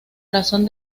razón